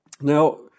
Now